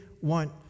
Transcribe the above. want